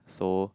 so